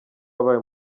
abaye